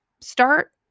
Start